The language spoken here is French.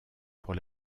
pour